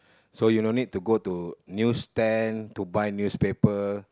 so you no need to go to news stand to buy newspaper